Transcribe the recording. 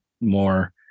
more